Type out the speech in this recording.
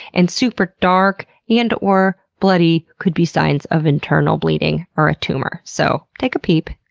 and super dark and or bloody could be signs of internal bleeding or a tumor. so take a peep,